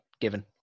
given